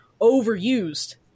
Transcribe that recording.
overused